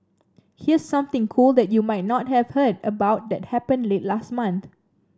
here's something cool that you might not have heard about that happened late last month